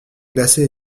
glacé